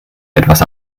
etwas